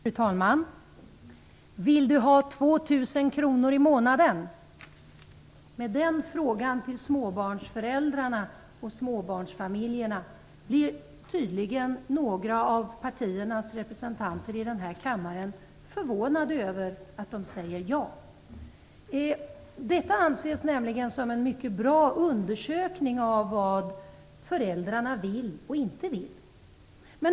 Fru talman! "Vill du ha 2 000 kr i månaden?" Några av partiernas representanter i denna kammare är tydligen förvånade över att småbarnsföräldrarna svarar ja på den frågan. Detta anses nämligen som en mycket bra undersökning av vad föräldrarna vill och inte vill.